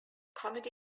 comedy